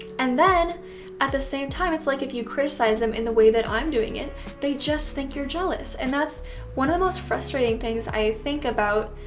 and then at the same time it's like if you criticize them in the way that i'm doing, they just think you're jealous. and that's one of the most frustrating things, i think, about